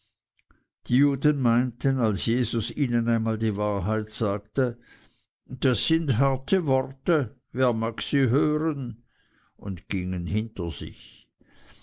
die juden meinten als jesus ihnen ein mal die wahrheit sagte das sind harte worte wer mag sie hören und gingen hinter sich